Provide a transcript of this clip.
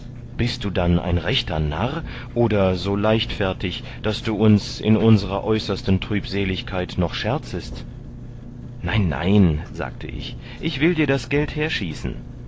bist du dann ein rechter narr oder so leichtfertig daß du uns in unsrer äußersten trübseligkeit noch scherzest nein nein sagte ich ich will dir das geld herschießen